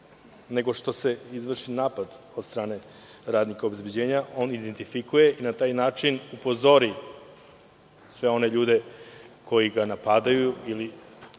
nego što se izvrši napad od strane radnika obezbeđenja on identifikuje i na taj način upozori sve one ljude koji ga napadaju ili